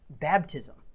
baptism